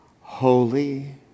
holy